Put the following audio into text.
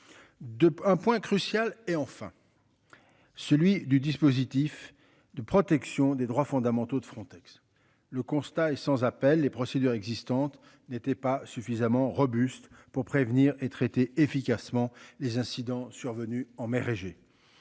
un point crucial et enfin. Celui du dispositif de protection des droits fondamentaux de Frontex. Le constat est sans appel, les procédures existantes n'étaient pas suffisamment robuste pour prévenir et traiter efficacement les incidents survenus en mer Égée.